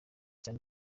cyane